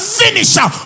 finisher